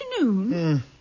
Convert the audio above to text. afternoon